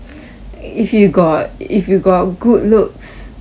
if you got if you got good looks and you got